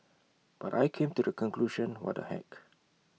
but I came to the conclusion what the heck